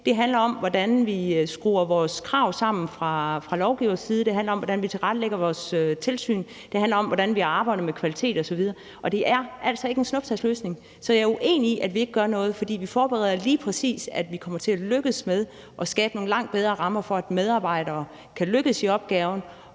det handler om, hvordan vi skruer vores krav sammen fra lovgiverside; det handler om, hvordan vi tilrettelægger vores tilsyn; det handler om, hvordan vi arbejder med kvalitet osv. Og det er altså ikke en snuptagsløsning. Så jeg er uenig i, at vi ikke gør noget, for vi forbereder lige præcis, at vi kommer til at lykkes med at skabe nogle langt bedre rammer for, at medarbejdere kan lykkes med opgaven,